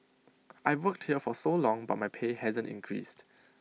I've worked here for so long but my pay hasn't increased